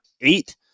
eight